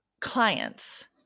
Clients